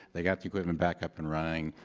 they got the equipment back up and running,